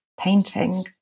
painting